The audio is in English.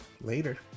later